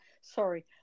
Sorry